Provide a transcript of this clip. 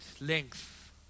length